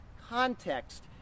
context